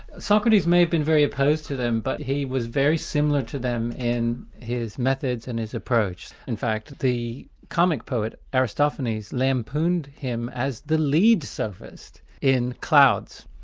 socrates may have been very opposed to them but he was very similar to them in his methods and his approach, in fact that the comic poet, aristophanes, lampooned him as the lead sophist in clouds.